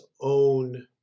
own